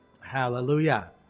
Hallelujah